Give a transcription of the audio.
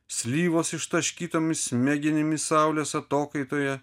slyvos ištaškytomis smegenimis saulės atokaitoje